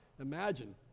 Imagine